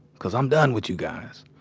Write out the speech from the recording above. cause i'm done with you guys.